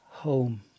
home